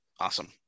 Awesome